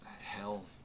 hell